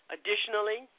Additionally